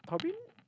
probably